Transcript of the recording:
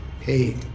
Hey